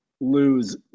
lose